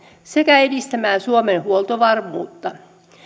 sekä edistämään suomen huoltovarmuutta